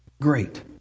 Great